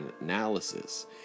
analysis